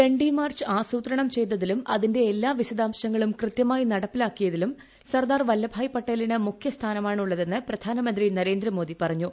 Dandi march ആസൂത്രണം ചെയ്തതിലും അതിന്റെ എല്ലാ വിശദാംശങ്ങളും നടപ്പിലാക്കിയതിലും സർദാർ കൃത്യമായി വല്പഭായ് പട്ടേലിന് മുഖ്യ സ്ഥാനമാണ് ഉള്ളതെന്ന് പ്രധാനമന്ത്രി നരേന്ദമോദി പറഞ്ഞു